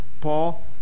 Paul